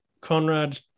Conrad